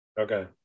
Okay